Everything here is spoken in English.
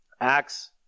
Acts